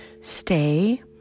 stay